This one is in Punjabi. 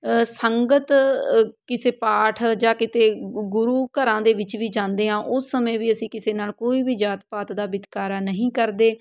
ਸੰਗਤ ਕਿਸੇ ਪਾਠ ਜਾਂ ਕਿਤੇ ਗੁ ਗੁਰੂ ਘਰਾਂ ਦੇ ਵਿੱਚ ਵੀ ਜਾਂਦੇ ਹਾਂ ਉਸ ਸਮੇਂ ਵੀ ਅਸੀਂ ਕਿਸੇ ਨਾਲ ਕੋਈ ਵੀ ਜਾਤ ਪਾਤ ਦਾ ਵਿਤਕਰਾ ਨਹੀਂ ਕਰਦੇ